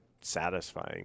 satisfying